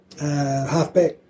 halfback